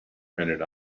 printed